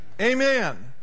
amen